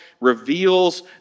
reveals